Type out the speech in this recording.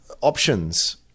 options